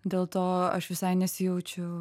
dėl to aš visai nesijaučiu